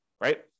right